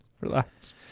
Relax